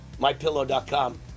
MyPillow.com